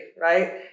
right